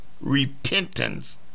repentance